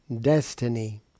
destiny